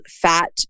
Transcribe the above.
Fat